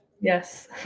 Yes